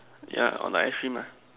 ya on the ice cream lah